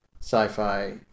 sci-fi